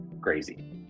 crazy